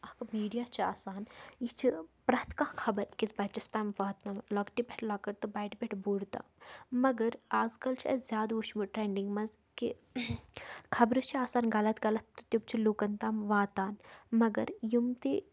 اَکھ میٖڈیا چھِ آسان یہِ چھِ پرٛٮ۪تھ کانٛہہ خبر أکِس بَچَس تام واتنٲوٕم لۄکٹہِ پٮ۪ٹھ لۄکٕٹ تہٕ بَڑِ پٮ۪ٹھ بوٚڑ تام مگر اَزکَل چھِ اَسہِ زیادٕ وٕچھمُت ٹرٛٮ۪نٛڈِنٛگ منٛز کہِ خبرٕ چھِ آسان غلط غلط تہٕ تِم چھِ لُکَن تام واتان مگر یِم تہِ